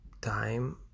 time